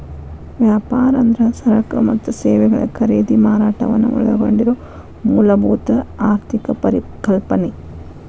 ವ್ಯಾಪಾರ ಅಂದ್ರ ಸರಕ ಮತ್ತ ಸೇವೆಗಳ ಖರೇದಿ ಮಾರಾಟವನ್ನ ಒಳಗೊಂಡಿರೊ ಮೂಲಭೂತ ಆರ್ಥಿಕ ಪರಿಕಲ್ಪನೆ